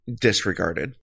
disregarded